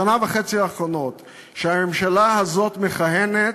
בשנה וחצי שהממשלה הזו מכהנת,